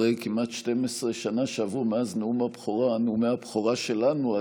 אחרי כמעט 12 שנה שעברו מאז נאומי הבכורה שלנו,